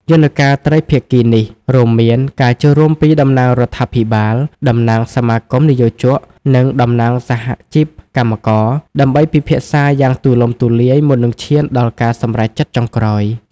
យន្តការត្រីភាគីនេះរួមមានការចូលរួមពីតំណាងរដ្ឋាភិបាល តំណាងសមាគមនិយោជក និងតំណាងសហជីពកម្មករ ដើម្បីពិភាក្សាយ៉ាងទូលំទូលាយមុននឹងឈានដល់ការសម្រេចចិត្តចុងក្រោយ។